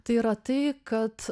tai yra tai kad